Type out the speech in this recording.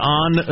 on